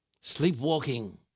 sleepwalking